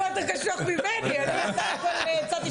גברתי, אני תומך ברעיון מאחורי ההצעה הזאת.